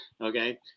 Okay